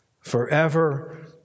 Forever